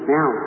Now